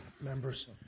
members